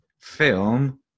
film